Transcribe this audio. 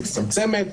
מצטמצמת,